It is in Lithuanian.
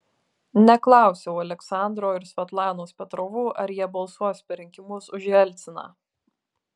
neklausiau aleksandro ir svetlanos petrovų ar jie balsuos per rinkimus už jelciną